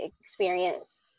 experience